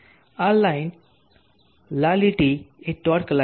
આ લાઇન લાલ લીટી એ ટોર્ક લાઇન છે